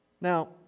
Now